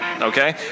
okay